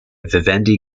vivendi